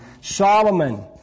Solomon